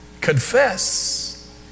confess